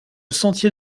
sentier